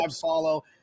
follow